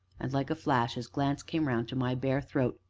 and, like a flash, his glance came round to my bare throat,